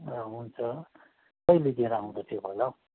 हुन्छ कहिलेतिर आउँदा ठिक होला हौ